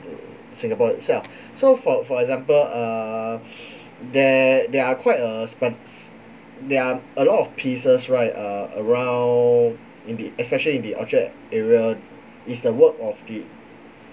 uh singapore itself so for for example err there there are quite a sput~ there are a lot of pieces right err around in the especially in the orchard area is the work of the